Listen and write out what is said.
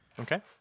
Okay